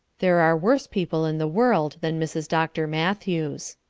there are worse people in the world than mrs. dr. matthews.